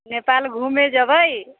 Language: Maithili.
नेपाल घूमय जेबै